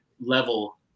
level